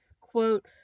Quote